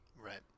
Right